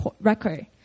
record